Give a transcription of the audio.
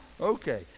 Okay